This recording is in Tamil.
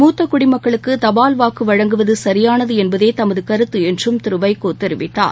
மூத்தகுடிமக்களுக்குதபால் வாக்குவழங்குவதுசரியானதுஎன்பதேதமதுகருத்துஎன்றும் திருவைகோதெரிவித்தார்